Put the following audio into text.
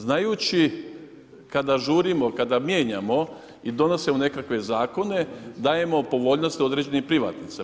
Znajući kada žurimo, kada mijenjamo i donosimo nekakve zakone, dajemo povoljnost određenim privatnicima.